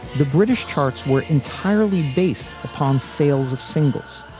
the british charts were entirely based upon sales of singles,